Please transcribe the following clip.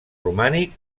romànic